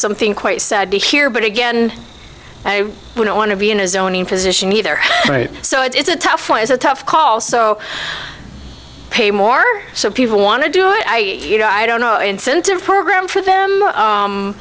something quite sad to hear but again i wouldn't want to be in his own position either so it's a tough one is a tough call so pay more so people want to do it i you know i don't know incentive program for them